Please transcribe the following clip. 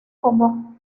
como